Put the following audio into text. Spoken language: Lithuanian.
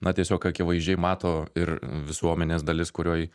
na tiesiog akivaizdžiai mato ir visuomenės dalis kurioj